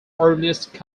earliest